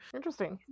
Interesting